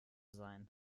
sein